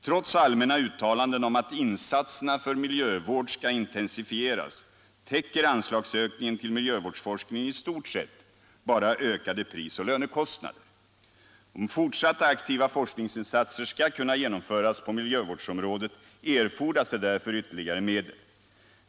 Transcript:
Trots allmänna uttalanden om att insatserna för miljövård skall intensifieras, täcker anslagsökningen till miljövårdsforskningen i stort sett bara ökade pris och lönekostnader. Om fortsatta aktiva forskningsinsatser skall kunna genomföras på miljövårdsområdet, erfordras det där för ytterligare medel.